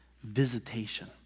Visitation